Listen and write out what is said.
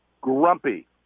Grumpy